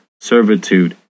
servitude